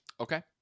Okay